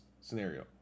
scenario